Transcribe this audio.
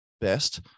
best